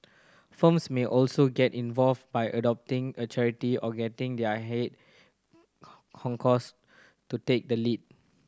firms may also get involved by adopting a charity or getting their head honchos to take the lead